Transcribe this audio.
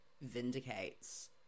vindicates